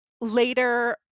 later